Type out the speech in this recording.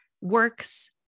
works